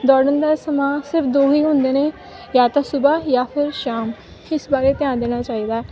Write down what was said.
ਦੌੜਨ ਦਾ ਸਮਾਂ ਸਿਰਫ ਦੋ ਹੀ ਹੁੰਦੇ ਨੇ ਜਾਂ ਤਾਂ ਸੁਬਹਾ ਜਾਂ ਫਿਰ ਸ਼ਾਮ ਇਸ ਬਾਰੇ ਧਿਆਨ ਦੇਣਾ ਚਾਹੀਦਾ